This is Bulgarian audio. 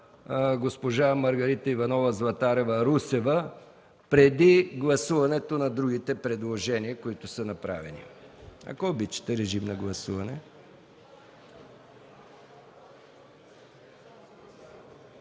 госпожа Маргарита Иванова Златарева-Русева преди гласуването на другите предложения, които са направени. Моля, гласувайте.